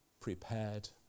prepared